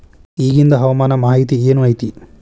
ಇಗಿಂದ್ ಹವಾಮಾನ ಮಾಹಿತಿ ಏನು ಐತಿ?